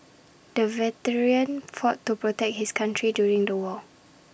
the veteran fought to protect his country during the war